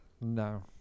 No